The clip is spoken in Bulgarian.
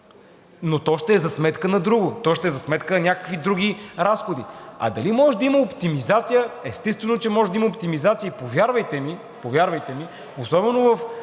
но то ще е за сметка на друго. То ще е за сметка на някакви други разходи. А дали може да има оптимизация – естествено, че може да има оптимизация. Повярвайте ми, особено при